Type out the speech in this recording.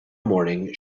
morning